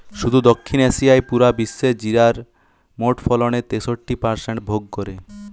শুধু দক্ষিণ এশিয়াই পুরা বিশ্বের জিরার মোট ফলনের তেষট্টি পারসেন্ট ভাগ করে